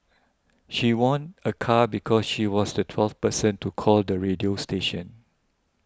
she won a car because she was the twelfth person to call the radio station